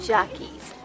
Jockeys